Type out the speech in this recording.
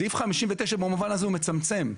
סעיף 59 במובן הזה הוא מצמצם,